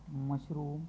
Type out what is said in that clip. mushroom